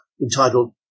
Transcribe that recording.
entitled